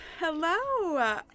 hello